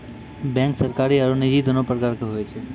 bank सरकारी आरो निजी दोनो प्रकार के होय छै